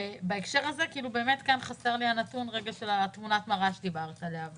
בהקשר הזה כאן חסר לי הנתון על תמונת המראה שדיברת עליה,